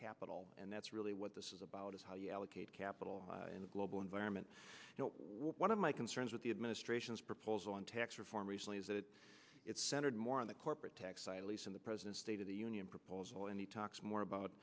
capital and that's really what this is about is how you allocate capital in the global environment one of my concerns with the administration's proposal on tax reform recently is that it's centered more on the corporate tax side least on the president's state of the union proposal and he talks more about